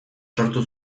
sortu